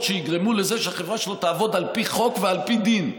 שיגרמו לזה שהחברה שלו תעבוד על פי חוק ועל פי דין.